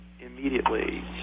immediately